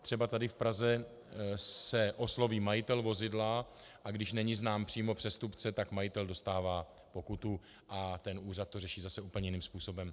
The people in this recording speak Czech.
Třeba tady v Praze se osloví majitel vozidla, a když není znám přímo přestupce, tak majitel dostává pokutu a úřad to řeší zase úplně jiným způsobem.